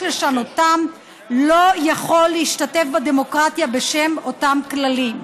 לשנותם לא יכול להשתתף בדמוקרטיה בשם אותם הכללים".